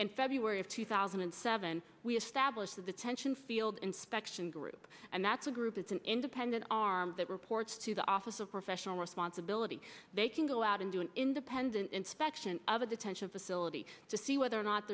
in february of two thousand and seven we established with the tension field inspection group and that's a group it's an independent arm that reports to the office of professional responsibility they can go out and do an independent inspection of a detention facility to see whether or not